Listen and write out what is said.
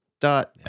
dot